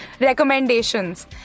recommendations